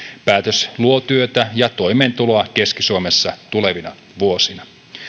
päätös luo työtä ja toimeentuloa keski suomessa tulevina vuosina